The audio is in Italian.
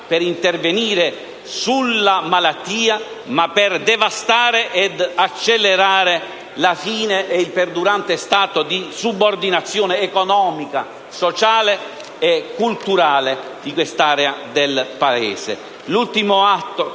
per intervenire sulla malattia ma per devastare ed accelerare la fine e il perdurante stato di subordinazione economica, sociale e culturale di questa area del Paese. L'ultimo atto